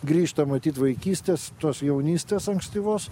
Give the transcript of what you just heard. grįžta matyt vaikystės tos jaunystės ankstyvos